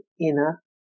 inner